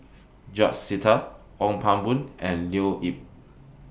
George Sita Ong Pang Boon and Leo Yip